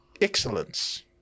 excellence